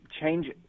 change